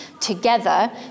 together